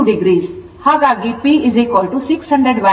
2o ಹಾಗಾಗಿ P 600 Watt ಆಗುತ್ತದೆ